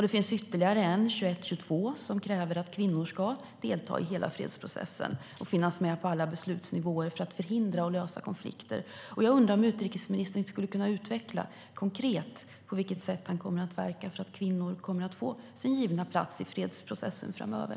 Det finns ytterligare en, 2122, som kräver att kvinnor ska delta i hela fredsprocessen och finnas med på alla beslutsnivåer för att både förhindra och lösa konflikter. Jag undrar om utrikesministern kunde utveckla konkret på vilket sätt han kommer att verka för att kvinnor ska få sin givna plats i fredsprocessen framöver.